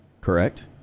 correct